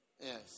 Yes